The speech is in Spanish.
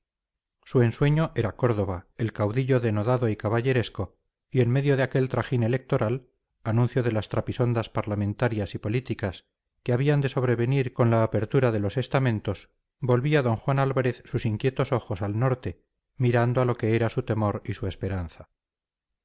su ensueño era córdoba el caudillo denodado y caballeresco y en medio de aquel trajín electoral anuncio de las trapisondas parlamentarias y políticas que habían de sobrevenir con la apertura de los estamentos volvía d juan álvarez sus inquietos ojos al norte mirando a lo que era su temor y su esperanza